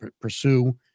pursue